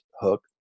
Hook